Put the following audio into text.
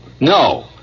No